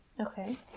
Okay